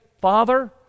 Father